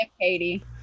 katie